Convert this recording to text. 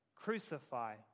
Crucify